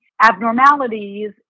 abnormalities